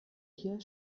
hier